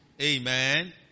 Amen